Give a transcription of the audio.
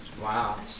Wow